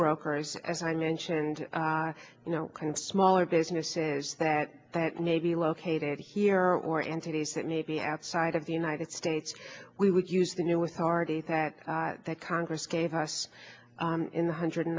brokers as i mentioned you know kind of smaller businesses that that may be located here or entities that may be outside of the united states we would use the new with our date that that congress gave us in the hundred